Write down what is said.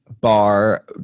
bar